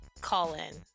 call-in